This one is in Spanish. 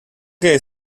que